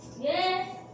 Yes